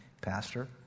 Pastor